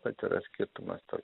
kad yra skirtumas tarp